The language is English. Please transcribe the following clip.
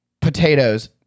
potatoes